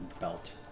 belt